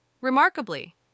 Remarkably